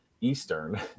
Eastern